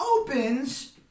opens